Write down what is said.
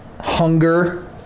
hunger